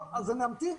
טוב, אז אני אמתין.